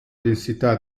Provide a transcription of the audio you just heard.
densità